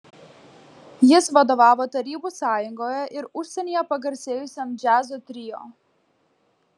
jis vadovavo tarybų sąjungoje ir užsienyje pagarsėjusiam džiazo trio